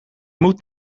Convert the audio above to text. moet